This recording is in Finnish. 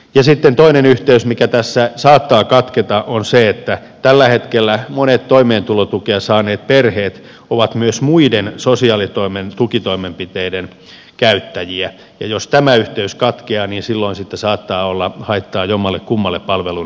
ja sitten toinen yhteys mikä tässä saattaa katketa on se että tällä hetkellä monet toimeentulotukea saaneet perheet ovat myös muiden sosiaalitoimen tukitoimenpiteiden käyttäjiä ja jos tämä yhteys katkeaa niin silloin siitä saattaa olla haittaa jommallekummalle palvelun antajalle